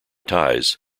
ties